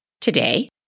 Today